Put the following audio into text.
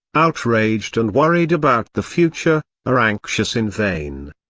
outraged and worried about the future, are anxious in vain.